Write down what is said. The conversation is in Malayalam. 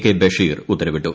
കെ ബഷീർ ഉത്തരവിട്ടു